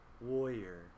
warrior